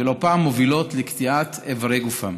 ולא פעם מובילות לקטיעת איברי גופם.